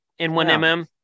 N1MM